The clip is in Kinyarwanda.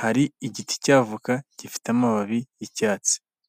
hari igiti cy'avoka gifite amababi y'icyatsi.